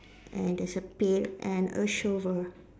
and there's a pail and a shovel